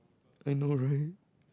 I know right